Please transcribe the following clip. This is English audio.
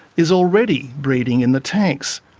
is already breeding in the tanks.